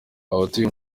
abatuye